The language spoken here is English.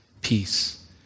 peace